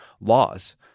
laws